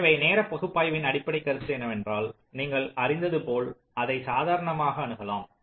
எனவே நேர பகுப்பாய்வின் அடிப்படைக் கருத்து என்னவென்றால் நீங்கள் அறிந்ததுபோல் அதை சாதாரணமாக naïve apporach அணுகலாம்